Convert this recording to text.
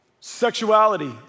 Sexuality